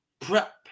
prep